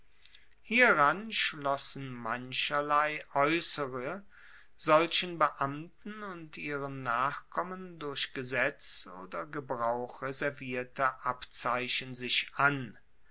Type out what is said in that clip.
hieran schlossen mancherlei aeussere solchen beamten und ihren nachkommen durch gesetz oder gebrauch reservierte abzeichen sich an